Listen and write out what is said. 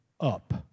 up